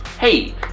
hey